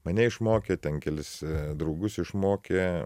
mane išmokė ten kelis draugus išmokė